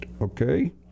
Okay